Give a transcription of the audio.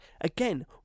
again